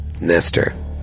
Nester